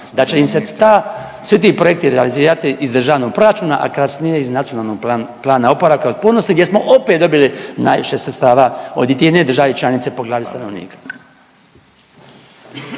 da će im se ta, svi ti projekti realizirati iz državnog proračuna, a kasnije iz Nacionalnog plana oporavka i otpornosti gdje smo opet dobili najviše sredstava od iti jedne države članice po glavi stanovnika.